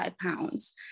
pounds